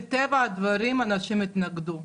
מטבע הדברים אנשים יתנגדו.